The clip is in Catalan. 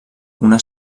una